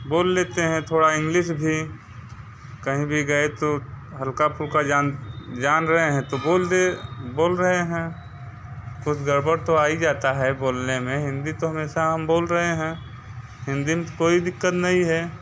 बोल लेते हैं थोड़ा इंग्लिश भी कहीं भी गए तो हल्का फुल्का जान रहे हैं तो बोल दे बोल रहे हैं कुछ गड़ बड़ तो आ जाती है बोलने में हिंदी तो हमेशा हम बोल रहे हैं हिंदी में तो कोई दिक्कत नहीं है